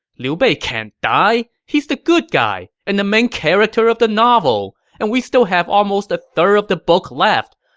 liu bei can't die! he's the good guy, and the main character of the novel! and we still have almost a third of the book left!